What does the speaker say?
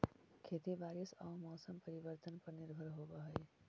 खेती बारिश आऊ मौसम परिवर्तन पर निर्भर होव हई